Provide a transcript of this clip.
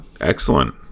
excellent